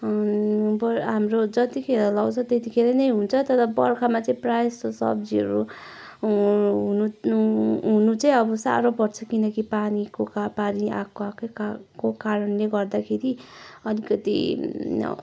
बरू हाम्रो जतिखेर लाउँछ त्यतिखेर नै हुन्छ तर बर्खामा चाहिँ प्रायः जस्तो सब्जीहरू हुनु हुनु चाहिँ अब साह्रो पर्छ किनकि पानीको पानी आएको आएको कारणले गर्दाखेरि अलिकति